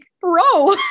bro